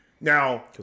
Now